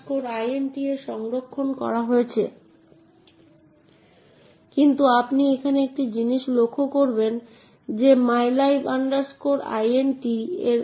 অন্য কোন প্রোগ্রামগুলি যে ফাইলটি কার্যকর করতে পারে এবং আরও অনেক কিছু নির্ধারণ করতে পারে তাই সমগ্র অ্যাক্সেস ম্যাট্রিক্স মডেলটি হিসাবে উপস্থাপন করা হয় এইরকম একটি ম্যাট্রিক্স প্রতিটি সারিতে একটি ভিন্ন বিষয়ের সাথে মিল রয়েছে